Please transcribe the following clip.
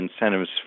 incentives